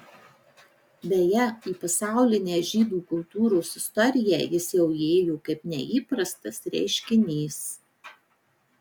beje į pasaulinę žydų kultūros istoriją jis jau įėjo kaip neįprastas reiškinys